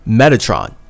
metatron